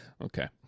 Okay